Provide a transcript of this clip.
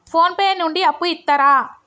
Phone pay నుండి అప్పు ఇత్తరా?